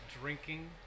drinking